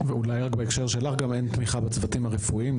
אולי רק בהקשר שלך: גם אין תמיכה בצוותים הרפואיים,